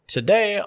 Today